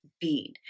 bead